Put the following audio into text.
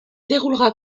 déroulera